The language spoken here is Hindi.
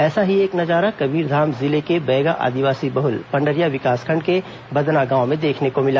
ऐसा ही एक नजारा कबीरधाम जिले के बैगा आदिवासी बहुल पंडरिया विकासखंड के बदना गांव में देखने को मिला